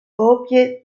copie